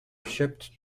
shipped